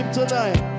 tonight